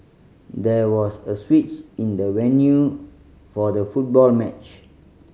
there was a switch in the venue for the football match